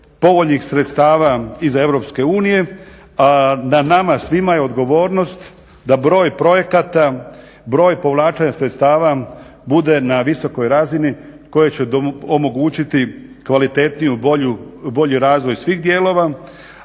povoljnih sredstava iz EU, a na nama svima je odgovornost da broj projekata, broj povlačenja sredstava bude na visokoj razini koje će omogućiti kvalitetniju, bolju, bolji razvoj svih dijelova,